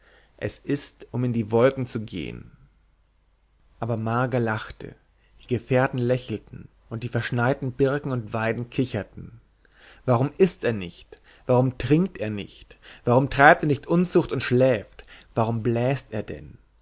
es ist um in die wolken zu gehen aber marga lachte die gefährten lächelten und die verschneiten birken und weiden kicherten warum ißt er nicht warum trinkt er nicht warum treibt er nicht unzucht und schläft warum bläst er denn